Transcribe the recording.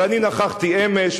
אבל אני נכחתי אמש,